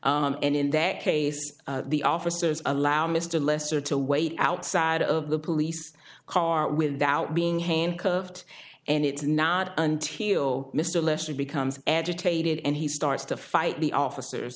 robbery and in that case the officers allow mr lester to wait outside of the police car without being handcuffed and it's not until mr lester becomes agitated and he starts to fight the officers